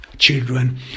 children